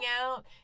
out